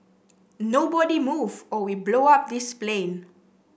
nobody move or we blow up this plane